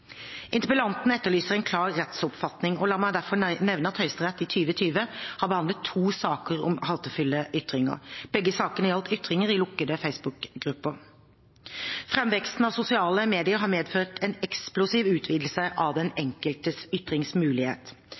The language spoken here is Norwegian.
Interpellanten etterlyser en klar rettsoppfatning, og la meg derfor nevne at Høyesterett i 2020 har behandlet to saker om hatefulle ytringer. Begge sakene gjaldt ytringer i lukkede facebookgrupper. Framveksten av sosiale medier har medført en eksplosiv utvidelse av den enkeltes ytringsmulighet.